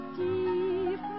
deep